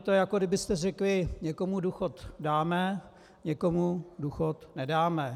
To je, jako byste řekli: Někomu důchod dáme, někomu důchod nedáme.